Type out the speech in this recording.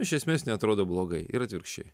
iš esmės neatrodo blogai ir atvirkščiai